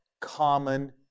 common